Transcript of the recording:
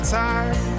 time